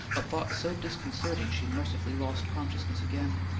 a thought so disconcerting she mercifully lost consciousness again.